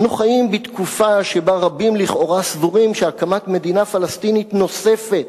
אנו חיים בתקופה שבה רבים לכאורה סבורים שהקמת מדינה פלסטינית נוספת,